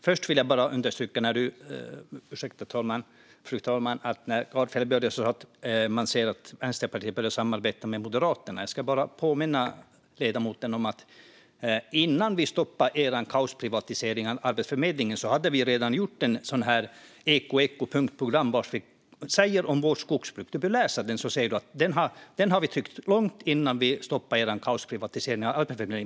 Först vill jag påminna om, när det gäller att Gardfjell säger att Vänsterpartiet börjat samarbeta med Moderaterna, att innan vi stoppade er kaosprivatisering av Arbetsförmedlingen hade vi redan gjort ett eko-eko-punktprogram, och om du läser det ser du att vi har tyckt som vi gör om vårt skogsbruk sedan långt innan dess.